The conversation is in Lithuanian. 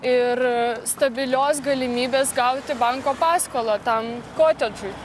ir stabilios galimybės gauti banko paskolą tam kotedžui